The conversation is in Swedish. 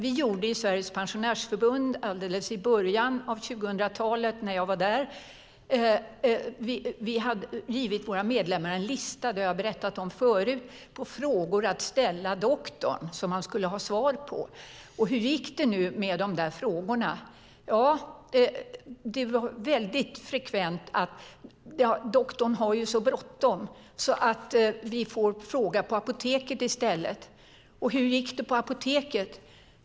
I början av 2000-talet gav Sveriges Pensionärsförbund, när jag var där, sina medlemmar en lista - det har jag berättat om förut - med frågor att ställa till doktorn som man skulle få svar på. Hur gick det med de där frågorna? Det var väldigt frekvent att man sade: Doktorn har ju så bråttom, så vi får fråga på apoteket i stället. Hur gick det på apoteket?